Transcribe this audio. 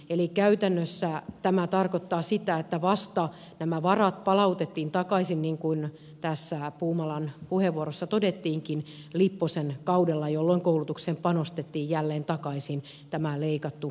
eli käytännössä tämä tarkoittaa sitä että nämä varat palautettiin takaisin vasta niin kuin tässä puumalan puheenvuorossa todettiinkin lipposen kaudella jolloin koulutukseen panostettiin jälleen takaisin tämä leikattu summa